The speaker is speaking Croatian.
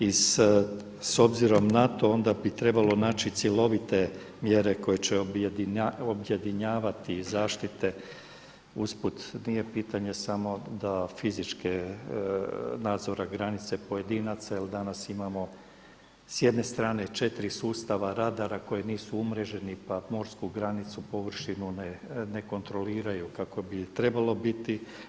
I s obzirom na to onda bi trebalo naći cjelovite mjere koje će objedinjavati zaštite usput, nije pitanje samo da fizički nadzor granice pojedinaca jer danas imamo s jedne strane 4 sustava radara koji nisu umreženi, pa morsku granicu, površinu ne kontroliraju kako bi trebalo biti.